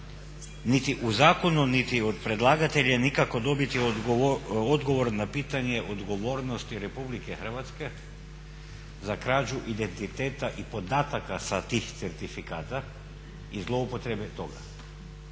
niti u zakonu, niti od predlagatelja nikako dobiti odgovor na pitanje odgovornosti Republike Hrvatske za krađu identiteta i podataka sa tih certifikata i zloupotrebe toga.